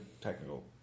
technical